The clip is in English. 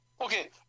Okay